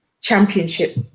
championship